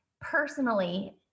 personally